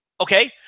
Okay